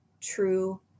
true